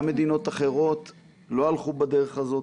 גם מדינות אחרות לא הלכו בדרך הזאת,